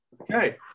Okay